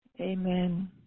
Amen